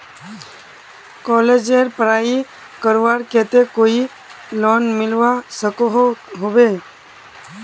कॉलेजेर पढ़ाई करवार केते कोई लोन मिलवा सकोहो होबे?